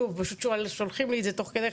פשוט שולחים לי את זה תוך כדי.